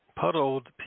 Puddled